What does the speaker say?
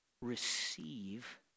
receive